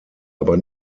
aber